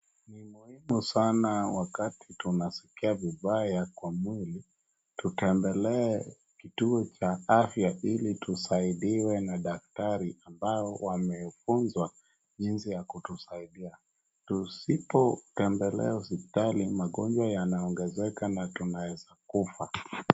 Ni muhimu sana wakati tunaskia vibaya kwa mwili tutembelee kituo cha fya ili tusaidiwe na daktari ambao wamefunzwa jinsi ya kutusaidia. Tusipo tembelea hospitali magonjwa yanaongezeka na tunaeza kufa.